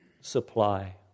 supply